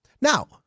Now